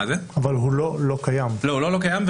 הוא לא לא קיים.